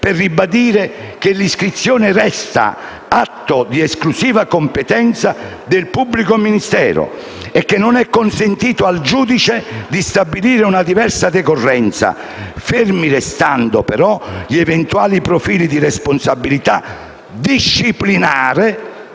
di cassazione, che l'iscrizione resta atto di esclusiva competenza del pubblico ministero e che non è consentito al giudice di stabilire una diversa decorrenza, fermi restando, però, gli eventuali profili di responsabilità disciplinare